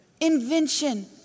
invention